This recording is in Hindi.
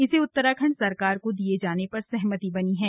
इसे उत्तराखंड सरकार को दिए जाने पर सहमति बनी है